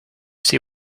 see